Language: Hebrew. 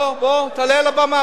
בוא בוא, תעלה על הבמה.